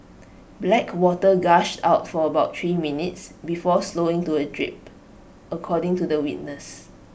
black water gushed out for about three minutes before slowing to A drip according to the witness